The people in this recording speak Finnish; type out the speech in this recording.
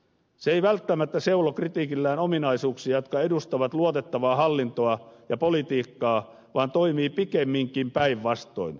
se ei välttämättä seulo kritiikillään ominaisuuksia jotka edustavat luotettavaa hallintoa ja politiikkaa vaan toimii pikemminkin päinvastoin